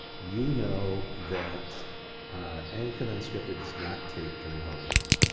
you know that anglican unscripted does not tape during holly week.